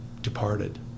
departed